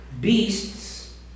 beasts